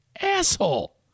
asshole